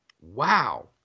Wow